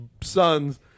sons